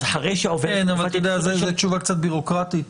אז אחרי --- זו תשובה קצת ביורוקרטית.